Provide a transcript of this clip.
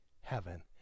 heaven